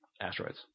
Asteroids